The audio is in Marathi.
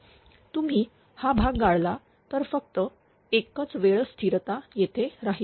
तुम्ही हा भाग गाळला तर फक्त एकच वेळ स्थिरता तेथे राहील